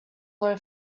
low